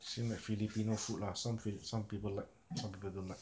same as filipino food lah some people like some people don't like